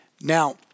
Now